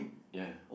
ya